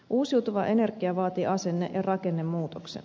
uusiutuva energia vaatii asenne ja rakennemuutoksen